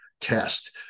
test